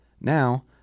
Now